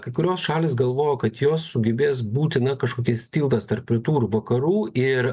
kai kurios šalys galvojo kad jos sugebės būti na kažkokiais tiltas tarp rytų ir vakarų ir